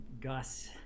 gus